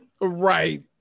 right